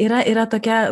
yra yra tokia